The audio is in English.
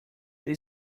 they